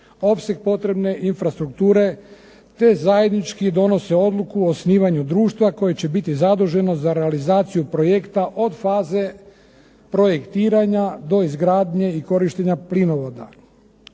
opseg potrebne infrastrukture, te zajednički donose odluku o osnivanju društva koje će biti zaduženo za realizaciju projekta od faze projektiranja do izgradnje i korištenja plinovoda.